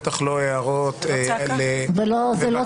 בטח לא הערות על --- היא לא צעקה.